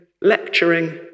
lecturing